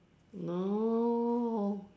no